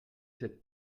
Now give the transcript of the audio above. cette